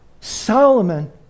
Solomon